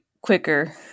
quicker